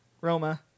Roma